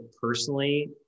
personally